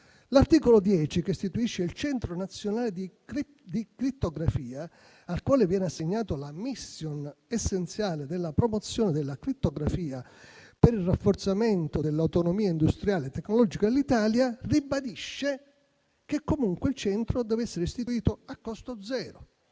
L'articolo 10, che istituisce il Centro nazionale di crittografia, al quale viene assegnata la *mission* essenziale della promozione della crittografia per il rafforzamento dell'autonomia industriale e tecnologica dell'Italia, ribadisce che comunque il Centro deve essere istituito a costo zero,